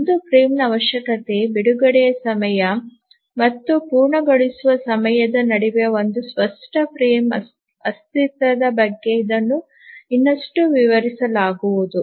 ಒಂದು ಫ್ರೇಮ್ನ ಅವಶ್ಯಕತೆ ಬಿಡುಗಡೆಯ ಸಮಯ ಮತ್ತು ಪೂರ್ಣಗೊಳಿಸುವ ಸಮಯದ ನಡುವೆ ಒಂದು ಸ್ಪಷ್ಟ ಫ್ರೇಮ್ ಅಸ್ತಿತ್ವದ ಬಗ್ಗೆ ಇದನ್ನು ಇನ್ನಷ್ಟು ವಿವರಿಸಲಾಗುವುದು